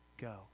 go